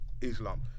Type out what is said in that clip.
Islam